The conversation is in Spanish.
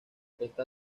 está